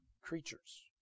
creatures